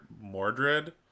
Mordred